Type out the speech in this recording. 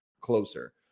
closer